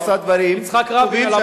יצחק רבין עליו השלום.